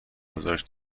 گذاشت